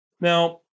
Now